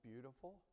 beautiful